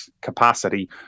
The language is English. capacity